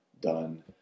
done